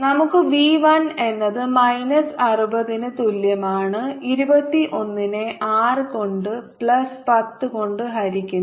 നമുക്ക് V 1 എന്നത് minus 60 ന് തുല്യമാണ് 21 നെ R കൊണ്ട് പ്ലസ് 10 കൊണ്ട് ഹരിക്കുന്നു